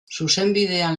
zuzenbidean